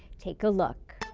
take a look.